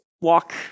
walk